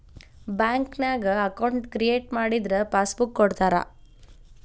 ಬ್ಯಾಂಕ್ನ್ಯಾಗ account create ಮಾಡಿದರ passbook ಕೊಡ್ತಾರಾ